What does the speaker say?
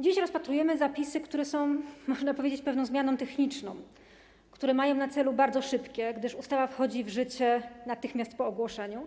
Dziś rozpatrujemy zapisy, które wprowadzają, można powiedzieć, pewną zmianę techniczną, która ma na celu bardzo szybkie - ustawa wchodzi w życie natychmiast po ogłoszeniu